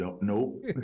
Nope